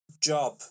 job